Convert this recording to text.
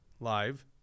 live